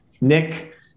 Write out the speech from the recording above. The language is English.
nick